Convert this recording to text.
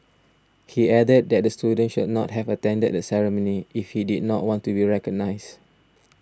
he added that the student should not have attended the ceremony if he did not want to recognised